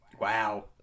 Wow